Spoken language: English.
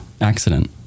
accident